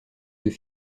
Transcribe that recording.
deux